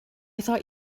thought